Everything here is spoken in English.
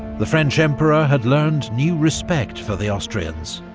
the french emperor had learned new respect for the austrians.